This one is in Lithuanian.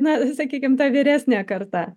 na sakykim ta vyresnė karta